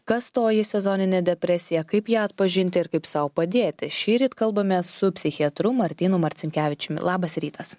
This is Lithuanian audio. kas toji sezoninė depresija kaip ją atpažinti ir kaip sau padėti šįryt kalbamės su psichiatru martynu marcinkevičiumi labas rytas